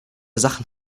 sachen